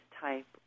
type